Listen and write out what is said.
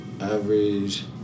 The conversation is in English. average